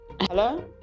hello